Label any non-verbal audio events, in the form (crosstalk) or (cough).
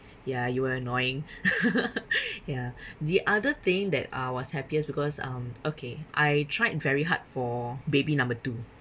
ya you were annoying (laughs) (breath) ya the other thing that uh was happiest because um okay I tried very hard for baby number two